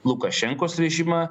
lukašenkos režimą